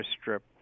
strip